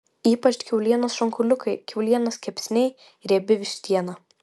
ypač kiaulienos šonkauliukai kiaulienos kepsniai riebi vištiena